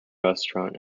restaurant